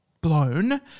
blown